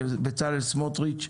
של חה"כ בצלצל סמוטריץ',